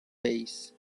face